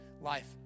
life